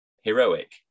heroic